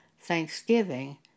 thanksgiving